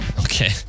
Okay